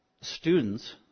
students